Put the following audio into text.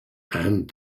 and